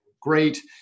great